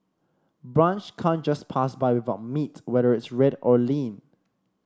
brunch can't just pass by without meat whether it's red or lean